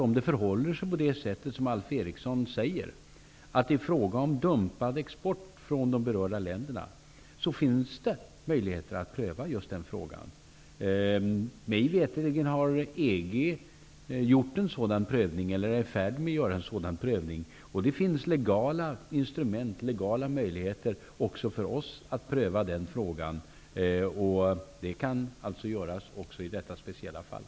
Om det förhåller sig på det sätt som Alf Eriksson säger, att det är fråga om dumpad export från de berörda länderna, finns det möjligheter att pröva just den frågan. Mig veterligen har EG gjort en sådan prövning eller är i färd med att göra det. Det finns legala instrument och möjligheter också för oss att pröva den frågan. Det kan alltså göras i detta speciella fall.